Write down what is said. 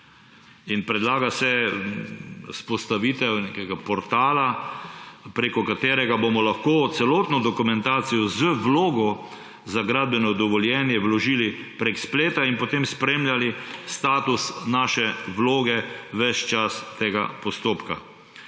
Predlaga se vzpostavitev nekega portala, preko katerega bomo lahko celotno dokumentacijo z vlogo za gradbeno dovoljenje vložili preko spleta in potem spremljali status naše vloge ves čas tega postopka.